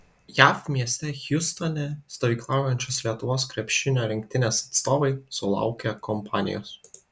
jav mieste hjustone stovyklaujančios lietuvos krepšinio rinktinės atstovai sulaukė kompanijos